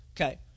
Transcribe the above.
Okay